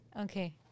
Okay